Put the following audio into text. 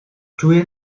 czuję